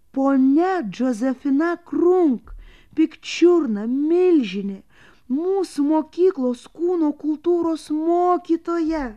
ponia džozefina krunk pikčiurna milžinė mūsų mokyklos kūno kultūros mokytoja